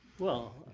well,